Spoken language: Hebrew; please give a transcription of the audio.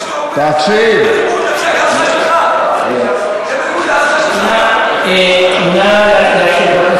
לפי מה שאתה אומר זה בניגוד לפסק הלכה שלך,